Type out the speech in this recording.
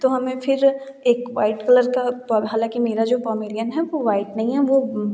तो हमें फ़िर एक वाइट कलर का हालाँकि मेरा जो पोमेरेनियन है वह वाइट नहीं है वह